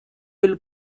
will